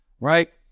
Right